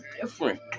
different